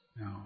No